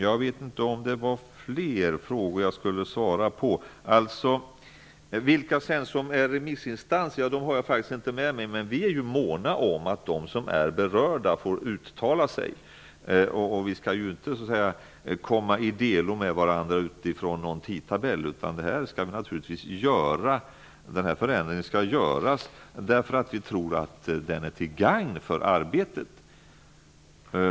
Jag vet inte om det var fler frågor jag skulle svara på. Jag har faktiskt inte med mig någon lista på remissinstanserna. Vi är måna om att de som är berörda får uttala sig. Vi skall så att säga inte komma i delo med varandra om någon tidtabell. Den här förändringen skall naturligtvis göras därför att vi tror att den är till gagn för arbetet.